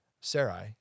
Sarai